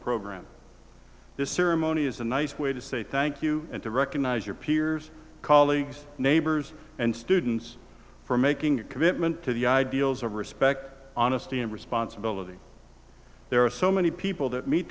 program this ceremony is a nice way to say thank you and to recognize your peers colleagues neighbors and students for making your commitment to the ideals of respect honesty and responsibility there are so many people that meet